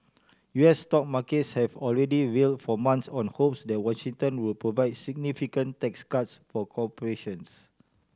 U S stock markets have already real for months on hopes that Washington would provide significant tax cuts for corporations